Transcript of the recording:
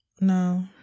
No